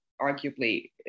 arguably